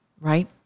right